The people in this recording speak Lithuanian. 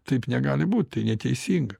taip negali būt tai neteisinga